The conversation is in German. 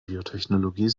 biotechnologie